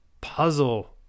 puzzle